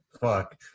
Fuck